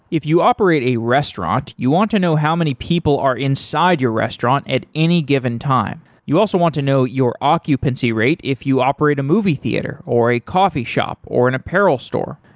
if you operate a restaurant, you want to know how many people are inside your restaurant it any given time. you also want to know your occupancy rate if you operate a movie theater, or a coffee shop, or an apparel store.